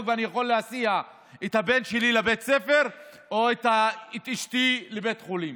ואני יכול להסיע את הבן שלי לבית הספר או את אשתי לבית החולים.